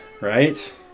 Right